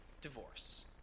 divorce